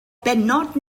bennod